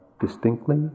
distinctly